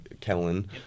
Kellen